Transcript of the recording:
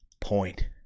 Point